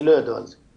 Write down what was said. לי לא ידוע על זה.